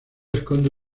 esconde